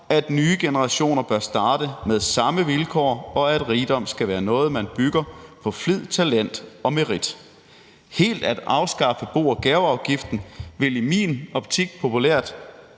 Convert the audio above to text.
at nye generationer bør starte med samme vilkår, og at rigdom skal være noget, man bygger på flid, talent og merit. Helt at afskaffe bo- og gaveafgiften vil i min optik populært